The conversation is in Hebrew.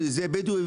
אם זה בדואי,